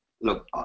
look